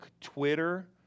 Twitter